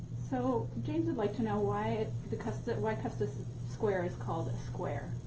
so james would like to know why custis why custis square is called a square.